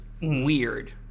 weird